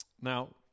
Now